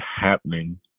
happening